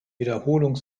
wiederholung